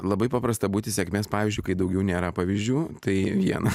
labai paprasta būti sėkmės pavyzdžiu kai daugiau nėra pavyzdžių tai viena